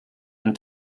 and